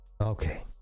Okay